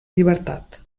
llibertat